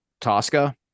Tosca